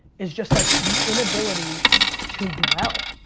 is just like, the inability to dwell.